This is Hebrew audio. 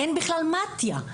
אין בכלל מתי"א.